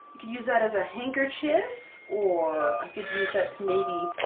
could use that as a handkerchief, or. i could use that to maybe.